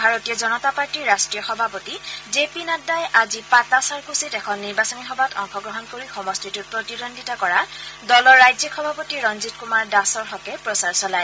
ভাৰতীয় জনতা পাৰ্টিৰ ৰাষ্ট্ৰীয় সভাপতি জে পি নাড্ডাই আজি পাটাচাৰকুছিত এখন নিৰ্বাচনী সভাত অংশগ্ৰহণ কৰি সমষ্টিটোত প্ৰতিদ্বন্দ্বিতা কৰা দলৰ ৰাজ্যিক সভাপতি ৰঞ্জিত কুমাৰ দাসৰ হকে প্ৰচাৰ চলায়